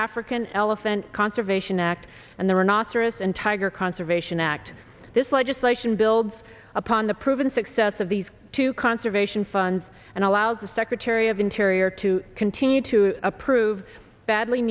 african elephant conservation act and there are not certain tiger conservation act this legislation builds upon the proven success of these two conservation funds and allow the secretary of interior to continue to approve badly